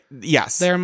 Yes